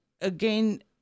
again